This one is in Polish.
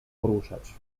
poruszać